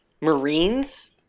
Marines